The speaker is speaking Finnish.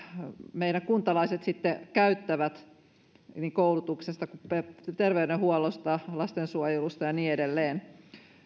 meidän kuntalaiset sitten käyttävät niin koulutuksesta kuin terveydenhuollosta lastensuojelusta ja niin edelleen